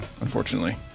Unfortunately